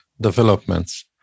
developments